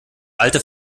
alte